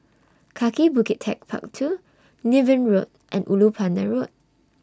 Kaki Bukit Techpark two Niven Road and Ulu Pandan Road